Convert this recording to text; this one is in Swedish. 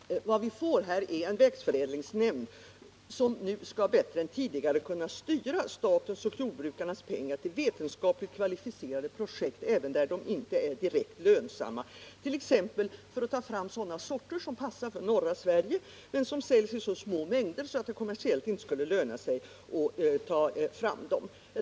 Herr talman! Vi får nu en växtförädlingsnämnd, som bättre än tidigare skall kunna styra statens och jordbrukarnas pengar till vetenskapligt kvalificerade projekt, även när dessa inte är direkt lönsamma, t.ex. för att ta fram sorter som passar för norra Sverige men som säljs i så små mängder att det inte kommersiellt skulle löna sig att ta fram dem.